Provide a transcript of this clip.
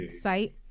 site